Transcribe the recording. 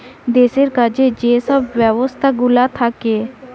দেশের কাজে যে সব ব্যবস্থাগুলা থাকে